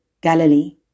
Galilee